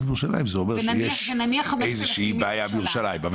מירושלים זה אומר שיש איזושהי בעיה בירושלים.